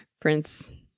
Prince